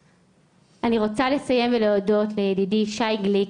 אני רוצה לסיים ולהודות לידידי שי גליק,